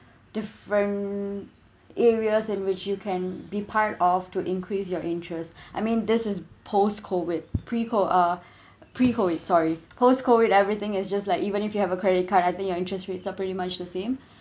different areas in which you can be part of to increase your interest I mean this is post COVID pre CO~ uh pre COVID sorry post COVID everything is just like even if you have a credit card I think your interest rates are pretty much the same